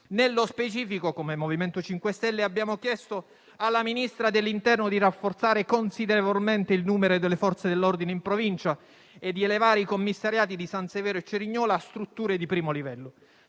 Nello specifico, come MoVimento 5 Stelle, abbiamo chiesto alla ministra dell'interno di rafforzare considerevolmente il numero delle Forze dell'ordine in provincia e di elevare i commissariati di San Severo e Cerignola a strutture di primo livello.